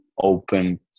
open